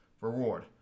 Reward